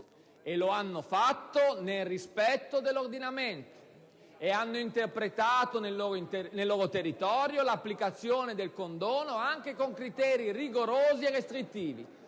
e lo hanno fatto nel rispetto dell'ordinamento, ed hanno interpretato nel loro territorio l'applicazione del condono anche con criteri rigorosi e restrittivi